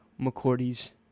McCordy's